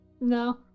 No